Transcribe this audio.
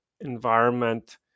environment